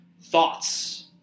thoughts